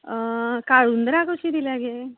काळुंद्रां कशीं दिल्या गे